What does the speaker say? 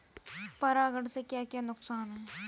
परागण से क्या क्या नुकसान हैं?